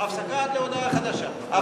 הפסקה עד להודעה חדשה.